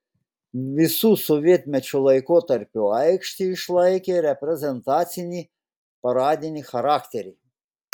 visu sovietmečio laikotarpiu aikštė išlaikė reprezentacinį paradinį charakterį